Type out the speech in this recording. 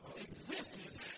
existence